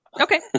Okay